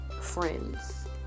friends